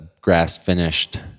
grass-finished